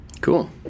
Cool